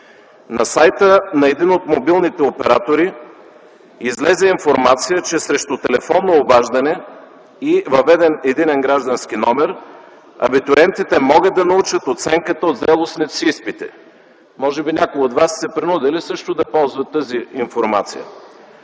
на сайта на един от мобилните оператори излезе информация, че срещу телефонно обаждане и въведен единен граждански номер, абитуриентите могат да научат оценката от зрелостните си изпити. Може би някои от Вас също са се принудили да ползват тази информация?